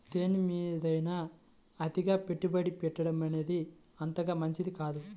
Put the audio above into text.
దేనిమీదైనా అతిగా పెట్టుబడి పెట్టడమనేది అంతగా మంచిది కాదు